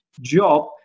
job